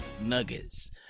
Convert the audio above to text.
Nuggets